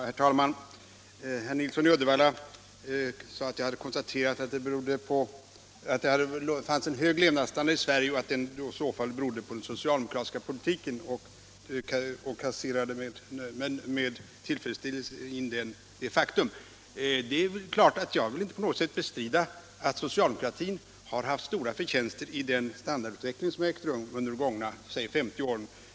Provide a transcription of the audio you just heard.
Herr talman! Herr Nilsson i Uddevalla sade att jag hade konstaterat att vi har en hög levnadsstandard i Sverige och att den i så fall berodde på den socialdemokratiska politiken, ett faktum som han med tillfredsställelse kasserade in. Jag vill inte på något sätt bestrida att socialdemokratin har haft stora förtjänster i den standardutveckling som ägt rum under de gångna 50 åren.